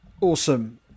Awesome